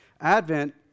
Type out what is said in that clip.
Advent